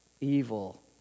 evil